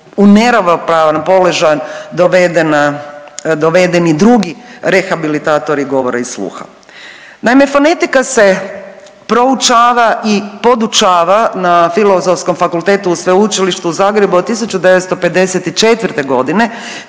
u neravnopravan položaj dovedeni drugi rehabilitatori govora i sluha. Naime, fonetika se proučava i podučava na Filozofskom fakultetu u Sveučilištu u Zagrebu od 1954.g.